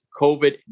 COVID